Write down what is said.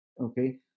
okay